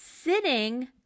sitting